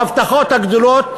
ההבטחות הגדולות,